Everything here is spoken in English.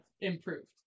improved